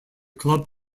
club